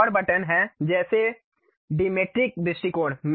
एक और बटन है जैसे डिमेट्रिक दृष्टिकोण